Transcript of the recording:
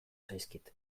zaizkit